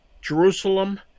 Jerusalem